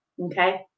okay